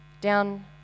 down